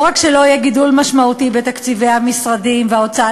לא רק שלא יהיה גידול משמעותי בתקציבי המשרדים וההוצאה